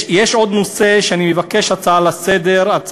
יש עוד נושא שאני מבקש להעלות בהצעה לסדר-היום,